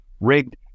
rigged